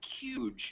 huge